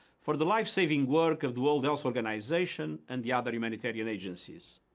for the life-saving work of the world health organization and the other humanitarian agencies.